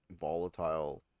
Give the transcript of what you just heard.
volatile